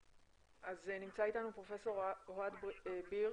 נמצא איתנו פרופ' אוהד בירק,